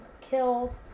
killed